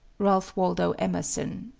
ralph waldo emerson,